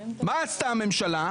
מה עשתה הממשלה?